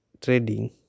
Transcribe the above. trading